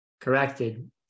corrected